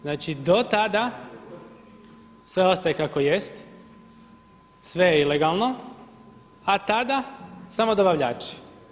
Znači do tada sve ostaje kako jest, sve je ilegalno, a tada samo dobavljači.